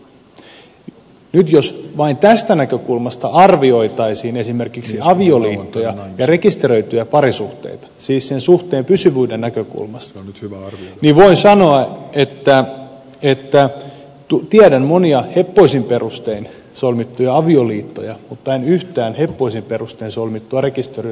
nyt jos vain tästä näkökulmasta arvioitaisiin esimerkiksi avioliittoja ja rekisteröityjä parisuhteita siis sen suhteen pysyvyyden näkökulmasta niin voin sanoa että tiedän monia heppoisin perustein solmittuja avioliittoja mutta en yhtään heppoisin perustein solmittua rekisteröityä parisuhdetta